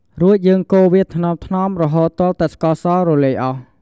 រួចយើងកូរវាថ្នមៗរហូតទាល់តែស្ករសរលាយអស់។